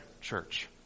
church